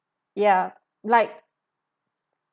ya like